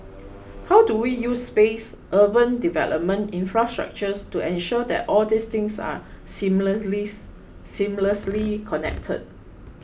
how do we use space urban development infrastructures to ensure that all these things are seamlessly connected